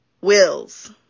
wills